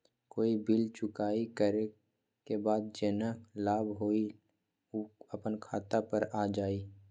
कोई बिल चुकाई करे के बाद जेहन लाभ होल उ अपने खाता पर आ जाई?